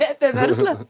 ne apie verslą